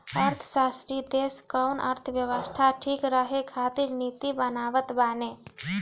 अर्थशास्त्री देस कअ अर्थव्यवस्था ठीक रखे खातिर नीति बनावत बाने